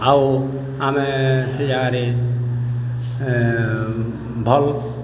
ଆଉ ଆମେ ସେ ଜାଗାରେ ଭଲ୍